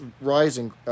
rising